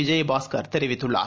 விஜயபாஸ்கர் தெரிவித்துள்ளார்